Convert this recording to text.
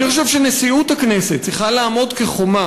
אני חושב שנשיאות הכנסת צריכה לעמוד כחומה